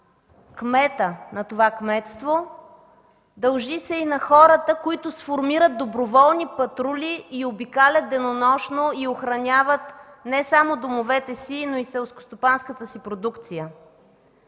кмета на това кметство. Дължи се и на хората, които сформират доброволни патрули и обикалят денонощно – охраняват не само домовете си, но и селскостопанската си продукция.